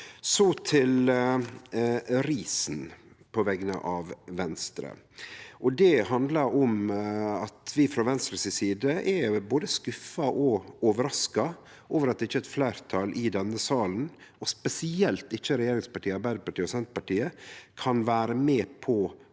Så til risen, på vegner av Venstre: Det handlar om at vi frå Venstres side er både skuffa og overraska over at ikkje eit fleirtal i denne salen – og spesielt ikkje regjeringspartia Arbeidarpartiet og Senterpartiet – kan vere med på å slå ring